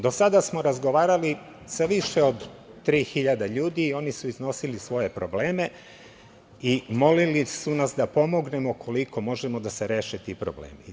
Do sada smo razgovarali sa više od 3.000 ljudi i oni su iznosili svoje probleme i molili su nas da pomognemo koliko možemo da se reše ti problemi.